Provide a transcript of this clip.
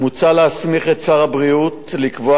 מוצע להסמיך את שר הבריאות לקבוע